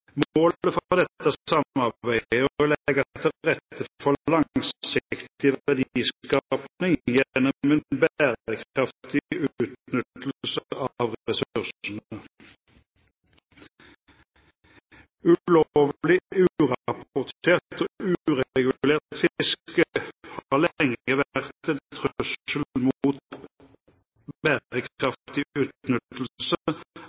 Målet for dette samarbeidet er å legge til rette for langsiktig verdiskaping gjennom en bærekraftig utnyttelse av ressursene. Ulovlig, urapportert og uregulert fiske har lenge vært